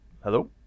hello